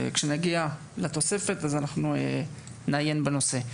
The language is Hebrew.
וכשנגיע לתוספת אנחנו נעיין בנושא.